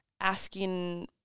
asking